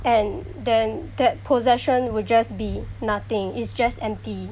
and then that possession would just be nothing it's just empty